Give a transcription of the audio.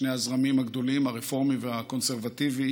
שני הזרמים הגדולים, הרפורמי והקונסרבטיבי,